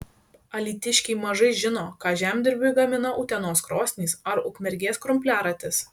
alytiškiai mažai žino ką žemdirbiui gamina utenos krosnys ar ukmergės krumpliaratis